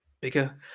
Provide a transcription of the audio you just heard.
bigger